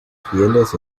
fieles